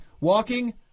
Walking